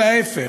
אלא ההפך,